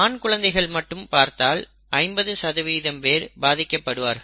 ஆண் குழந்தைகளை மட்டும் பார்த்தால் 50 பேர் பாதிக்கப்படுவார்கள்